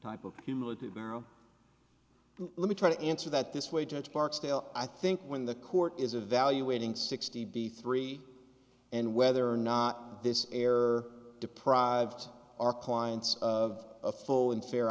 type of humility barrow let me try to answer that this way judge barksdale i think when the court is evaluating sixty b three and whether or not this error deprived our clients of a full and fair